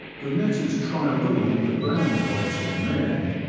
the net is trailed along the ground by two men,